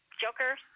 Joker